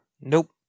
Nope